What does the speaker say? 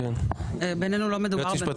בעינינו לא מדובר בנושא